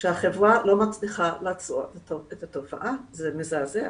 שהחברה לא מצליחה לעצור את התופעה וזה מזעזע.